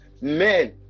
men